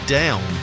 down